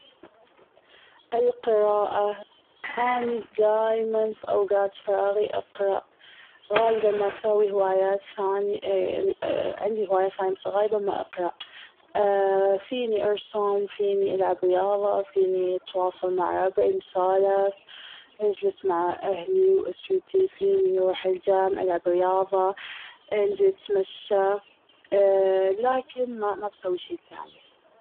القراءة، أني دايماً في أوقات فراغي اقرأ. غالباً ما اساوي هوايات ثانية عندي هوايات ثانية بس غالباً ما اقرأ. فيني ارسم فيني العب رياضة فيني اتواصل مع ربعي نسولف اجلس مع اهلي و أسوتي اروح الجامعة العب رياضة انزل اتمشى لكن ما- ما بسوي شيء ثاني.